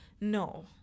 no